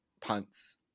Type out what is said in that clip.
punts